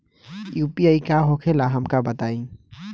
UPI का होखेला हमका बताई?